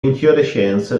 infiorescenze